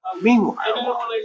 Meanwhile